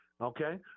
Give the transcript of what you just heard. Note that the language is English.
okay